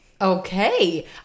Okay